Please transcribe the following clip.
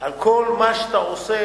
על כל מה שאתה עושה,